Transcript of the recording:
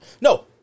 No